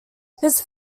his